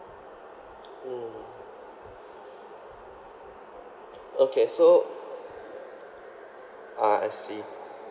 mm okay so ah I see